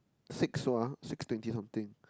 six one six thirty something